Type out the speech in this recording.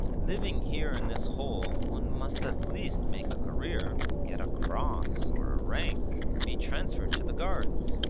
living here in this hole one must at least make a career get a cross or a rank be transferred to the guards.